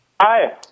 Hi